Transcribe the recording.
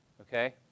okay